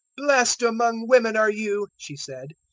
blest among women are you, she said,